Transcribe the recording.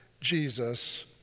Jesus